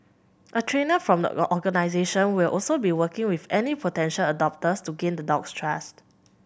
a trainer from the organisation will also be working with any potential adopters to gain the dog's trust